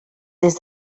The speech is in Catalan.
des